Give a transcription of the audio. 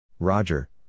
Roger